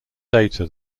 data